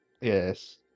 Yes